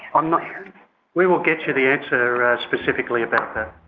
um we will get you the answer specifically about that.